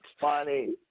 funny